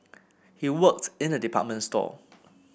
he worked in a department store